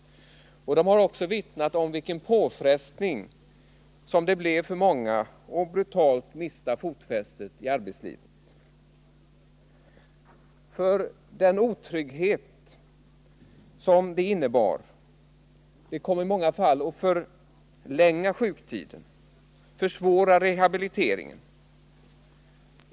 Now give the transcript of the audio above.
De har också berättat om vilken påfrestning som det blev för många att brutalt mista fotfästet i arbetslivet. Den otrygghet som det innebar kom i många fall att förlänga sjuktiden och försvåra rehabiliteringen.